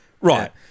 Right